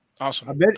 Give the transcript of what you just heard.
Awesome